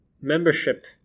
membership